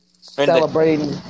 celebrating